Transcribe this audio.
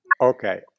Okay